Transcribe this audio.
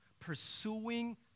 pursuing